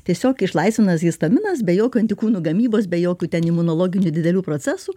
tiesiog išlaisvinamas histaminas be jokio antikūnų gamybos be jokių ten imunologinių didelių procesų